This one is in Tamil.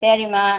சரிம்மா